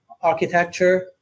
architecture